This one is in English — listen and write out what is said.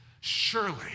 Surely